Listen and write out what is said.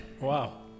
Wow